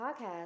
podcast